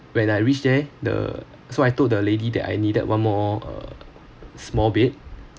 when I reach there the so I told the lady that I needed one more uh small bed